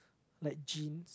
like jeans